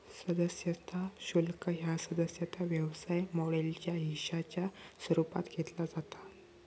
सदस्यता शुल्क ह्या सदस्यता व्यवसाय मॉडेलच्या हिश्शाच्या स्वरूपात घेतला जाता